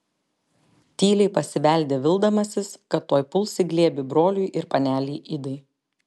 tyliai pasibeldė vildamasis kad tuoj puls į glėbį broliui ir panelei idai